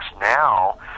now